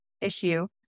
issue